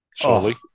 Surely